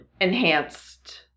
enhanced